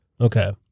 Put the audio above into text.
Okay